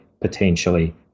potentially